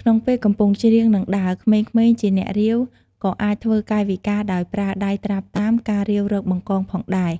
ក្នុងពេលកំពុងច្រៀង និងដើរ ក្មេងៗជា អ្នករាវ ក៏អាចធ្វើ កាយវិការដោយប្រើដៃត្រាប់តាម ការរាវរកបង្កងផងដែរ